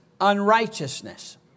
unrighteousness